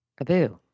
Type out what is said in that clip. Abu